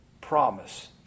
Promise